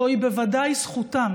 זוהי בוודאי זכותם